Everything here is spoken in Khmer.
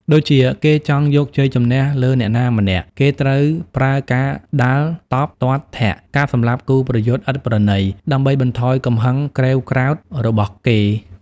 ដូចជា គេចង់យកជ័យជម្នះលើអ្នកណាម្នាក់ គេតែប្រើការដាល់តប់ទាត់ធាក់ កាប់សម្លាប់គូប្រយុទ្ធឥតប្រណី ដើម្បីបន្ថយកំហឹងក្រេវក្រោធរបស់គេ ។